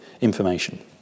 information